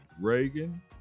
Reagan